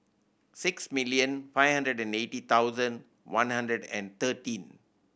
six million five hundred and eighty thousand one hundred and thirteen